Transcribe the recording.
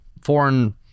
foreign